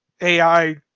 AI